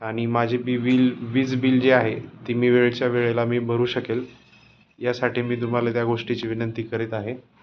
आणि माझी बी विल वीज बिल जी आहे ती मी वेळेच्या वेळेला मी भरू शकेल यासाठी मी तुम्हाला त्या गोष्टीची विनंती करीत आहे